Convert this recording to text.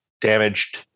damaged